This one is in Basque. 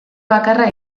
bakarra